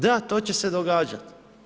Da, to će se događat.